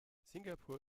singapur